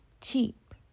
cheap